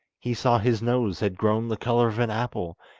he saw his nose had grown the colour of an apple,